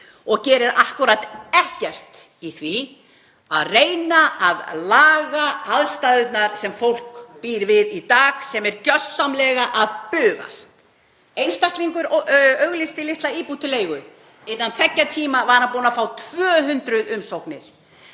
og gerir akkúrat ekkert í því að reyna að laga aðstæðurnar sem fólk býr við í dag sem er gjörsamlega að bugast. Einstaklingur auglýsti litla íbúð til leigu. Innan tveggja tíma var hann búinn að fá 200 umsóknir.